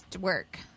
work